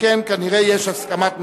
שכן כנראה, יש הסכמת ממשלה.